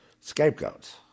scapegoats